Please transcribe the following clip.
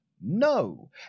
No